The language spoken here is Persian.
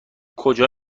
کجا